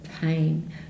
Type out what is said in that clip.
pain